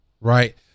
Right